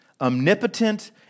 Omnipotent